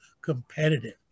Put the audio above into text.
competitive